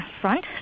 front